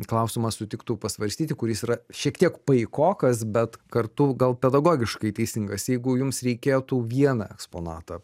klausimą sutiktų pasvarstyti kuris yra šiek tiek paikokas bet kartu gal pedagogiškai teisingas jeigu jums reikėtų vieną eksponatą